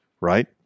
Right